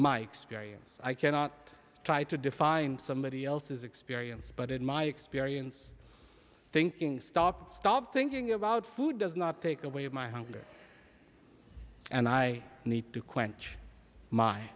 my experience i cannot try to define somebody else's experience but in my experience thinking stop stop thinking about food does not take away my hunger and i need to